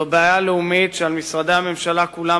זו בעיה לאומית שעל משרדי הממשלה כולם